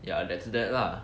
ya that's that lah